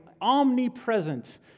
omnipresent